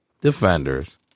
defenders